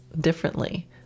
differently